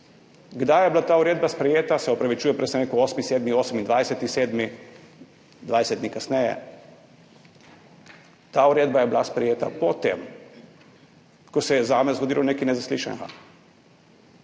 Kdaj je bila ta uredba sprejeta, se opravičujem, prej sem rekel 8. 7., 28. 7., dvajset dni kasneje. Ta uredba je bila sprejeta po tem, ko se je zame zgodilo nekaj nezaslišanega.